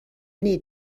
need